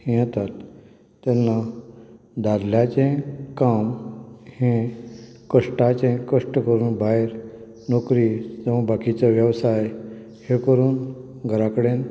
हें येतात तेन्ना दादल्याचें काम हें कश्टाचें कश्ट करून भायर नोकरी जावं बाकीचो वेवसाय हें करून घरा कडेन